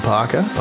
Parker